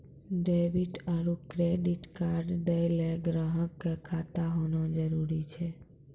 debit आरू credit card दैय ल ग्राहक क खाता होना जरूरी छै